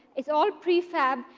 it's all prefab.